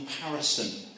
comparison